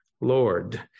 Lord